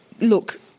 look